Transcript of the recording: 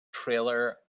trailer